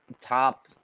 Top